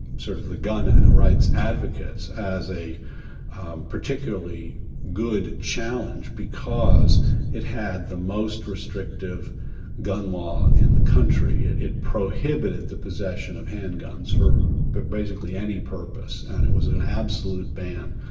sort of, the gun rights advocates as a particularly good challenge because it had the most restrictive gun law in the country. it it prohibited the possession of handguns for but basically any purpose, and it was an absolute ban.